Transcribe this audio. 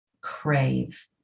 crave